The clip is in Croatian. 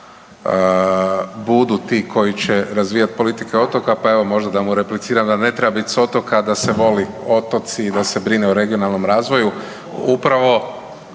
budu ti koji će razvijat politike otoka, pa evo možda da mu repliciram da ne treba bit s otoka da se vole otoci i da se brine o regionalnom razvoju,